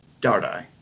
Dardai